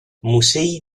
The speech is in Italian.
musei